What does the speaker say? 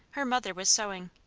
her mother was sewing.